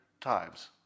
times